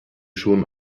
schon